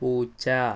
പൂച്ച